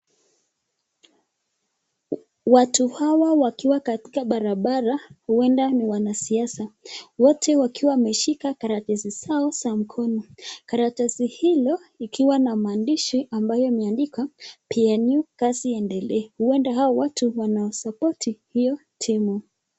Watu hawa wakiwa katika barabara huenda ni wanasiasa wote wakiwa wameshika karatasi zao za mkono karatasi hilo ikiwa na maandishi ambayo imeandikwa PNU kazi iendelee huenda hao watu wanasapoti hiyo timu.